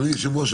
אדוני היושב-ראש,